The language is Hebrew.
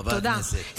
חברי הכנסת.